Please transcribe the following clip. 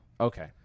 Okay